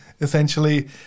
essentially